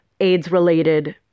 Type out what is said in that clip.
AIDS-related